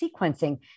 sequencing